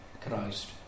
Christ